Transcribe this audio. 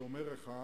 יש שומר אחד,